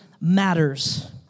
Matters